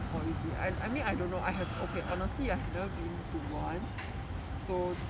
orh is it I I mean I don't know I have okay honestly I have never been to one so